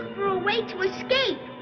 way to escape.